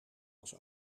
als